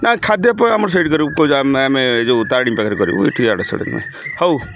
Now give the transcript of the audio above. ନା ଖାଦ୍ୟ ପୁରା ଆମର ସେଇଠି କରିବୁ ଆମେ ଯେଉଁ ତାରିଣୀ ପାଖରେ କରିବୁ ଇଠି ଆଡ଼େ ସାଡ଼େ ନୁହଁ ହଉ